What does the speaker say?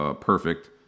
perfect